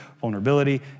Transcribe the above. vulnerability